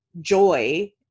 joy